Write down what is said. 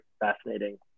fascinating